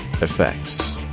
effects